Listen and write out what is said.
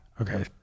Okay